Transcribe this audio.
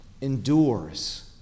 endures